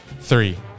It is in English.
three